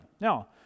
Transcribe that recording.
Now